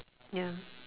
ya